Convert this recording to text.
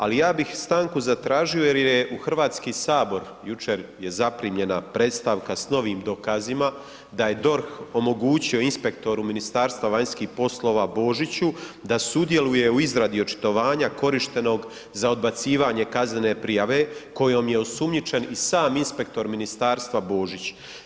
Ali ja bih stanku zatražio jer je u HS jučer je zaprimljena predstavka s novim dokazima da je DORH omogućio inspektoru Ministarstva vanjskih poslova Božiću da sudjeluje u izradi očitovanja korištenog za odbacivanje kaznene prijave kojom je osumnjičen i sam inspektor ministarstva Božić.